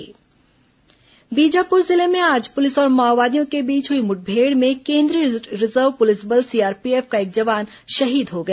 मुठभेड़ कैम्प ध्वस्त बीजापुर जिले में आज पुलिस और माओवादियों के बीच हुई मुठभेड़ में केंद्रीय रिजर्व पुलिस बल सीआरपीएफ का एक जवान शहीद हो गया